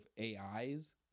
AIs